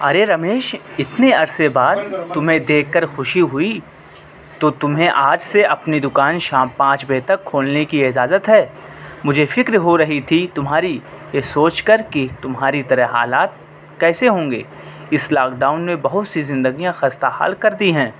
ارے رمیش اتنے عرصے بعد تمہیں دیکھ کر خوشی ہوئی تو تمہیں آ ج سے اپنی دکان شام بجے تک کھولنے کی اجازت ہے مجھے فکر ہو رہی تھی تمہاری یہ سوچ کر کہ تمہاری طرح حالات کیسے ہوں گے اس لاکڈاؤن نے بہت سی زندگیاں خستہ حال کر دی ہیں